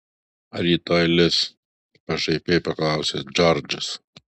ar rytoj lis pašaipiai paklausė džordžas